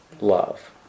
Love